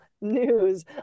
news